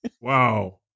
Wow